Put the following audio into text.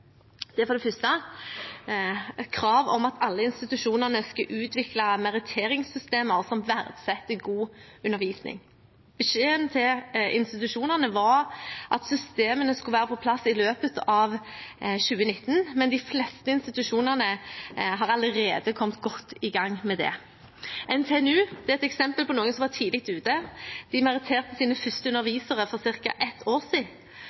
Det er for det første kravet om at alle institusjonene skal utvikle meritteringssystemer som verdsetter god undervisning. Beskjeden til institusjonene var at systemene skulle være på plass i løpet av 2019, men de fleste institusjonene har allerede kommet godt i gang. NTNU er et eksempel på en institusjon som var tidlig ute. De meritterte sine første undervisere for ca. et år